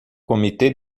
comitê